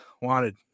wanted